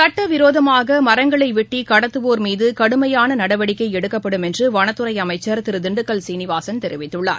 சட்டவிரோதமாக மரங்களை வெட்டி கடத்துவோர் மீது கடுமையான நடவடிக்கை எடுக்கப்படும் என்று வனத்துறை அமைச்சர் திரு திண்டுக்கல் சீனிவாசன் தெரிவித்துள்ளார்